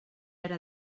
era